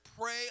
pray